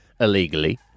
illegally